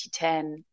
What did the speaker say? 2010